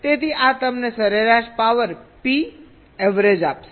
તેથી આ તમને સરેરાશ પાવર Pavg આપશે